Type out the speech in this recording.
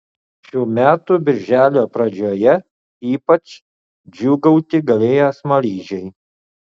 šių metų birželio pradžioje ypač džiūgauti galėjo smaližiai